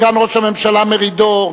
סגן ראש הממשלה מרידור,